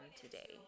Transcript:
today